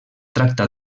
tracta